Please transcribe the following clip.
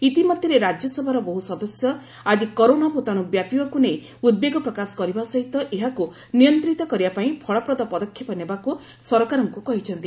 ଇତିମଧ୍ୟରେ ରାଜ୍ୟସଭାର ବହୁ ସଦସ୍ୟ ଆଜି କରୋନା ଭୂତାଣୁ ବ୍ୟାପିବାକୁ ନେଇ ଉଦବେଗ ପ୍ରକାଶ କରିବା ସହିତ ଏହାକୁ ନିୟନ୍ତିତ କରିବା ପାଇଁ ଫଳପ୍ରଦ ପଦକ୍ଷେପ ନେବାକୁ ସରକାରଙ୍କୁ କହିଛନ୍ତି